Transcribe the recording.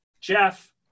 Jeff